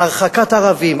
על הרחקת ערבים,